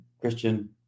Christian